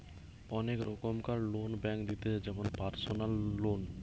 অনেক রোকমকার loan bank দিতেছে যেমন পারসনাল লোন